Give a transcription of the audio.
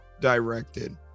directed